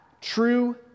true